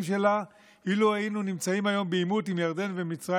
שלה אילו היינו נמצאים היום בעימות עם ירדן ומצרים,